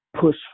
push